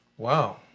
Wow